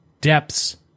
depths